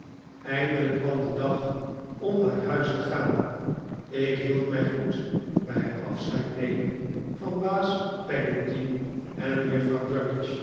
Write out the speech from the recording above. eindelijk kwam de dag om naar huis te gaan ik hield mij goed bij het afscheidnemen van baas peggotty en juffrouw